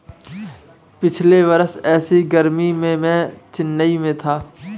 पिछले वर्ष ऐसी गर्मी में मैं चेन्नई में था